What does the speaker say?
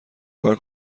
کار